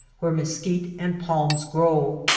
where mesquite and palms grow,